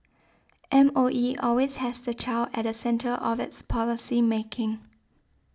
M O E always has the child at the centre of its policy making